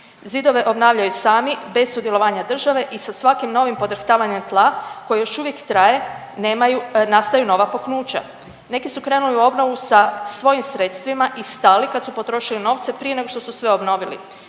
Zidove obnavljaju sami bez sudjelovanja države i sa svakim novim podrhtavanjem tla koje još uvijek traje nemaju, nastaju nova puknuća. Neki su krenuli u obnovu sa svojim sredstvima i stali kad su potrošili novce prije nego što su sve obnovili.